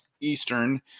Eastern